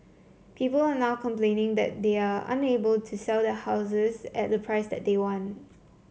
people are now complaining that they are unable to sell their houses at the price that they want